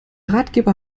ratgeber